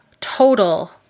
total